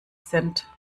sind